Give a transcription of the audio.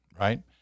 right